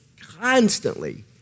constantly